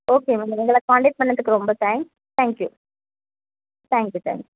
okay ma'am எங்களை contact பண்ணதுக்கு ரொம்ப thanks thank you thank you